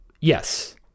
yes